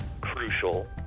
crucial